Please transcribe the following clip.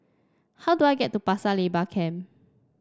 how do I get to Pasir Laba Camp